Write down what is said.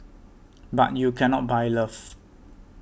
but you cannot buy love